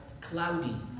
cloudy